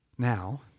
Now